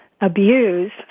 abuse